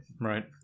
right